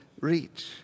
reach